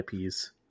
ips